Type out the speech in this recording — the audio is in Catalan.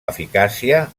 eficàcia